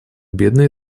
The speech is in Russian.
бедные